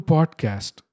Podcast